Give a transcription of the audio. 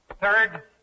Third